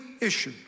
issue